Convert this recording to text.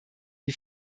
die